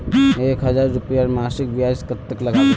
एक हजार रूपयार मासिक ब्याज कतेक लागबे?